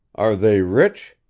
are they rich?